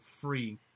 free